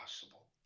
possible